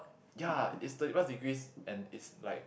ya it's thirty plus degrees and it's like